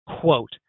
quote